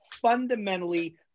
fundamentally